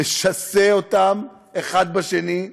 משסה אותם אחד בשני,